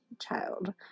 child